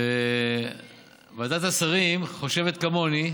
ועדת השרים חושבת כמוני,